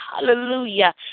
hallelujah